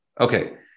Okay